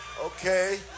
okay